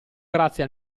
grazie